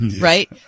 right